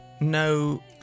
No